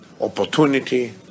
opportunity